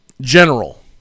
general